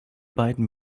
beiden